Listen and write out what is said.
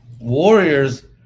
warriors